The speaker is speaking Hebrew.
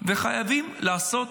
וחייבים לעשות